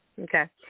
Okay